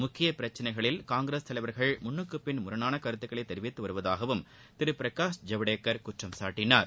முக்கிய பிரச்சினைகளில் காங்கிரஸ் தலைவா்கள் முன்னுக்குப் பிள் முரணான கருத்துக்களை தெரிவித்து வருவதாகவும் திரு பிரகாஷ் ஜவடேக்கர் குற்றம்சாட்டினார்